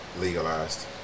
legalized